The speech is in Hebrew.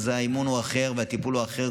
האמון הוא אחר והטיפול אחר,